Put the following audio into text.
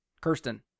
Kirsten